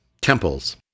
temples